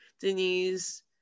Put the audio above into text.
Denise